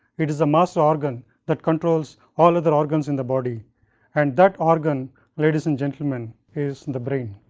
it is a must organ that controls all other organs in the body and that organ ladies and gentlemen is the brain.